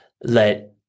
let